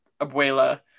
Abuela